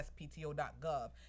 uspto.gov